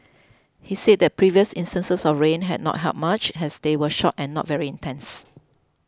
he said that previous instances of rain had not helped much as they were short and not very intense